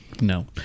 No